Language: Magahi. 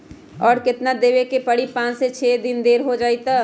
और केतना देब के परी पाँच से छे दिन देर हो जाई त?